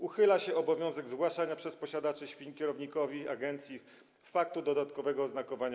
Uchyla się obowiązek zgłaszania przez posiadaczy świń kierownikowi agencji faktu dodatkowego oznakowania